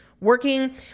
working